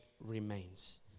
remains